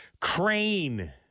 Crane